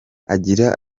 agira